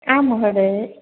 आं महोदये